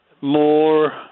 more